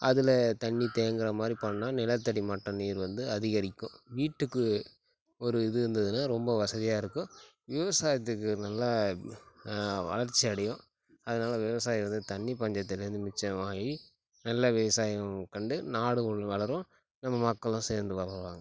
அதில் தண்ணி தேங்குறமாரி பண்ணால் நிலத்தடி மட்டம் நீர் வந்து அதிகரிக்கும் வீட்டுக்கு ஒரு இது இருந்ததுன்னா ரொம்ப வசதியாக இருக்கும் விவசாயத்துக்கு நல்லா வளர்ச்சியடையும் அதனால விவசாயம் வந்து தண்ணி பஞ்சத்துலேருந்து மிச்சமாகி நல்ல விவசாயம் கண்டு நாடும் உள் வளரும் நம்ம மக்களும் சேர்ந்து வளருவாங்கள்